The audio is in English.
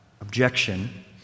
objection